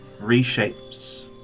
reshapes